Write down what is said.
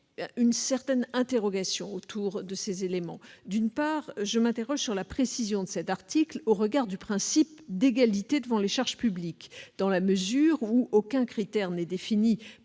je me pose plusieurs questions. D'une part, je m'interroge sur la précision de cet article au regard du principe d'égalité devant les charges publiques, dans la mesure où aucun critère n'est défini